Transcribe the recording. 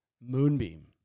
Moonbeam